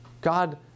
God